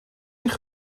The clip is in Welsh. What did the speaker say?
eich